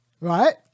right